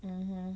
mmhmm